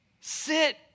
Sit